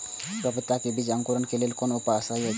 पपीता के बीज के अंकुरन क लेल कोन उपाय सहि अछि?